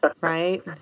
Right